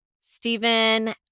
Stephen